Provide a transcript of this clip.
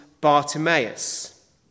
Bartimaeus